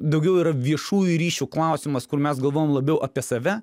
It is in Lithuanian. daugiau yra viešųjų ryšių klausimas kur mes galvojam labiau apie save